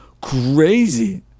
crazy